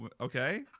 Okay